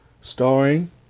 starring